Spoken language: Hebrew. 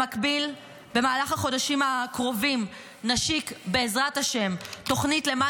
במקביל, במהלך החודשים הקרובים נשיק, בעזרת השם,